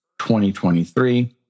2023